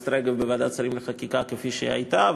הכנסת רגב בוועדת השרים לחקיקה כפי שהיא הייתה,